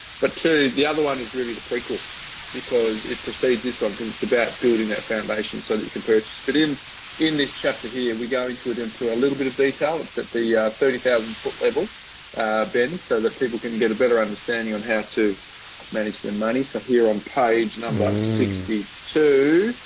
but to the other one is really the prequel because it proceeds this one cause it's about building that foundation so that you can purchase. but in in this chapter here, we go into it into a little bit of detail. it's at the thirty thousand foot level ben so that people can get a better understanding on how to manage their money. so here on page number sixty two,